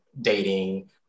dating